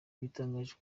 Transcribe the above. igitangaje